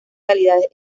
localidades